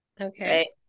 Okay